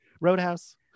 Roadhouse